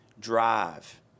drive